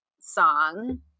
song